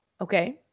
Okay